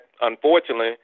unfortunately